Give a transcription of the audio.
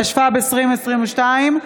התשפ"ב 2022,